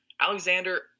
Alexander